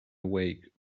awake